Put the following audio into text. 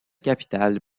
capitale